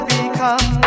become